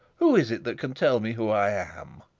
who is it that can tell me who i am?